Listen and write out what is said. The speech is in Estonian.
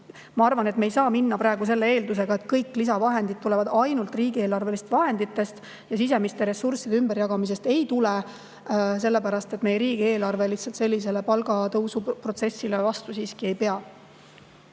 ma arvan, et me ei saa praegu siiski eeldada, et kõik lisavahendid tulevad ainult riigieelarvelistest vahenditest ja sisemiste ressursside ümberjagamist ei tule. Meie riigieelarve lihtsalt sellisele palgatõusuprotsessile vastu siiski ei pea.